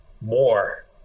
more